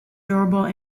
durable